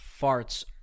farts